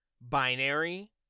binary